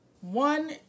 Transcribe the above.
one